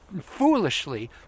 foolishly